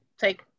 take